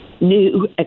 new